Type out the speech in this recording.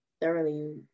thoroughly